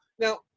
now